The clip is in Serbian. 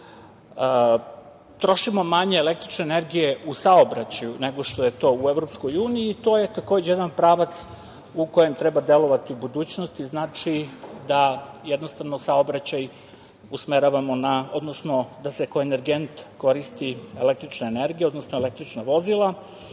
EU.Trošimo manje električne energije u saobraćaju, nego što je to u EU, i to je takođe jedan pravac u kojem treba delovati u budućnosti. Znači, da jednostavno saobraćaj usmeravamo, odnosno da se kao energent koristi električna energija, odnosno električna vozila